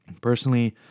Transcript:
Personally